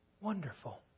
Wonderful